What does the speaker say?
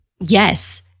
yes